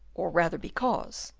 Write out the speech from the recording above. or rather because,